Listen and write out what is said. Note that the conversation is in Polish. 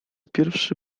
pierwszy